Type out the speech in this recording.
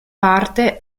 parte